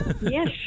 Yes